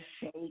shake